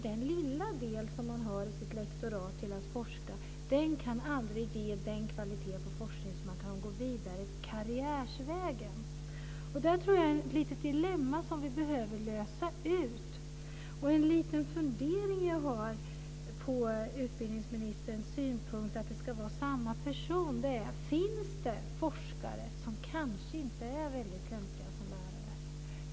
Den lilla del i deras lektorat som hör till forskning kan aldrig ge den kvalitet på forskningen så att de kan gå vidare karriärsvägen. Detta är ett dilemma som måste lösas. Jag har en liten fundering på utbildningsministerns synpunkt om samma person. Finns det forskare som kanske inte är lämpliga som lärare?